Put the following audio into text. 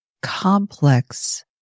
complex